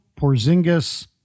Porzingis